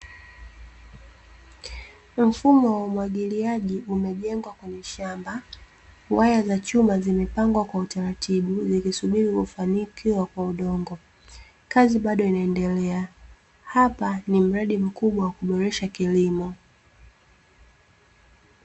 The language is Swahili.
Mfumo wa umwagiliaji umejengwa kwenye shamba. Waya za chuma zimepangwa kwa utaratibu zikisubiri kufanikiwa kwa udongo. Kazi bado inaendelea, hapa ni mradi mkubwa wa kuboresha kilimo.